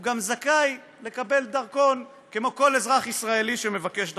הוא גם זכאי לקבל דרכון כמו כל אזרח ישראלי שמבקש דרכון.